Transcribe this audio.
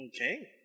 Okay